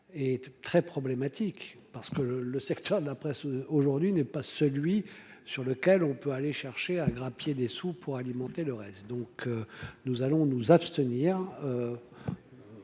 et très problématique parce que le le secteur de la presse aujourd'hui n'est pas celui sur lequel on peut aller chercher à grappiller des sous pour alimenter le reste donc nous allons nous abstenir.